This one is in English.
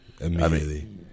immediately